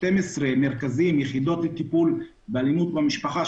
המרכזים והיחידות לטיפול באלימות במשפחה,